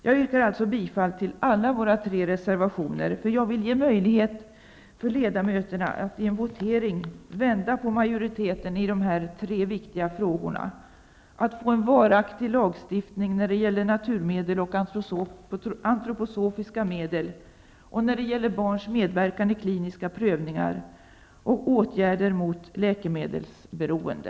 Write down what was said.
Jag yrkar alltså bifall till alla våra tre reservationer, eftersom jag vill ge ledamöterna möjligheter att i en votering vända på majoriteten i dessa tre viktiga frågor: att få en varaktig lagstiftning när det gäller naturmedel och antroposofiska medel, när det gäller barns medverkan i kliniska prövningar och i fråga om åtgärder mot läkemedelsberoende.